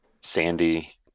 Sandy